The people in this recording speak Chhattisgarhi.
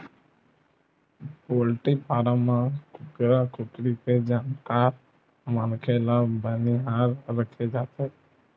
पोल्टी फारम म कुकरा कुकरी के जानकार मनखे ल बनिहार राखे जाथे